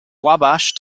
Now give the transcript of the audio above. wabash